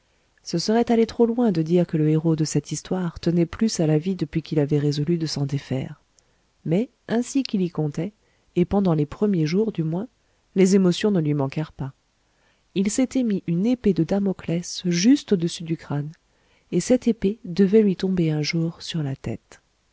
ce serait aller trop loin de dire que le héros de cette histoire tenait plus à la vie depuis qu'il avait résolu de s'en défaire mais ainsi qu'il y comptait et pendant les premiers jours du moins les émotions ne lui manquèrent pas il s'était mis une épée de damoclès juste au-dessus du crâne et cette épée devait lui tomber un jour sur la tête